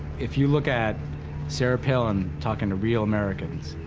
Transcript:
if you look at sarah palin talking to real americans